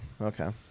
okay